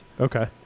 Okay